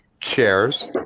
chairs